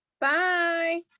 bye